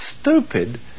stupid